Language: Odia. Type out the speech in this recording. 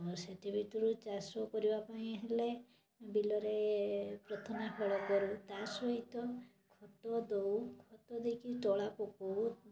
ଆଉ ସେଥିଭିତରୁ ଚାଷ କରିବା ପାଇଁ ହେଲେ ବିଲରେ ପ୍ରଥମେ ହଳ କରୁ ତାସାହିତ ଖତ ଦେଉ ଖତ ଦେଇକି ତଳା ପକାଉ